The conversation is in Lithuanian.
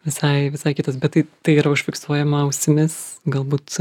visai visai kitas bet taip tai yra užfiksuojama ausimis galbūt